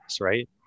right